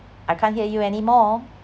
I can't hear you anymore